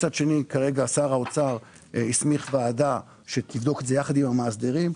מצד שני כרגע שר האוצר הסמיך ועדה שתבדוק את זה יחד עם המאסדרים.